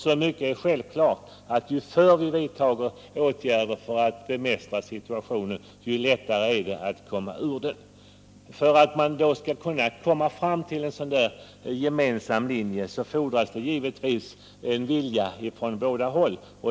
Så mycket är självklart att ju förr vi vidtar åtgärder för att bemästra situationen, desto lättare har vi att komma ur den. För att man skall kunna komma fram till en gemensam linje fordras givetvis en vilja härtill från båda håll.